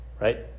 Right